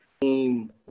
team